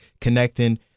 connecting